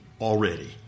already